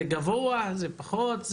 זה גבוה, זה פחות?